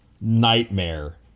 nightmare